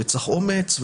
צריך אומץ,